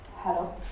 Hello